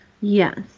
Yes